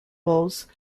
bows